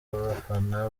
bafana